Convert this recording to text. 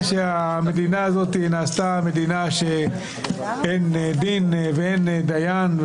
כנראה שהמדינה הזאת נעשתה מדינה שאין דין ואין דיין,